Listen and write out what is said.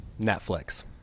Netflix